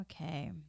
Okay